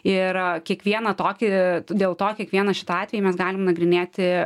ir kiekvieną tokį dėl to kiekvieną šitą atvejį mes galim nagrinėti